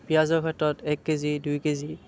পিয়াঁজৰ ক্ষেত্ৰত এক কেজি দুই কেজি